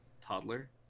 toddler